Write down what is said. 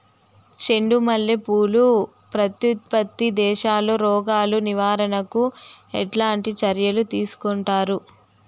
చెండు మల్లె పూలు ప్రత్యుత్పత్తి దశలో రోగాలు నివారణకు ఎట్లాంటి చర్యలు తీసుకుంటారు?